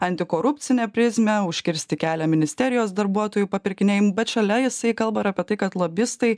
antikorupcinę prizmę užkirsti kelią ministerijos darbuotojų papirkinėjimui bet šalia jisai kalba ir apie tai kad lobistai